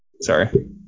Sorry